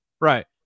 Right